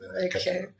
Okay